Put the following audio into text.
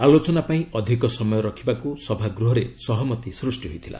ଆଲୋଚନା ପାଇଁ ଅଧିକ ସମୟ ରଖିବାକୁ ସଭାଗୃହରେ ସହମତି ସୃଷ୍ଟି ହୋଇଥିଲା